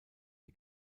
die